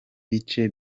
bice